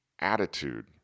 attitude